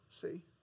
see